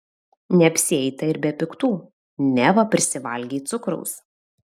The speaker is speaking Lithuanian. neapsieita ir be piktų neva prisivalgei cukraus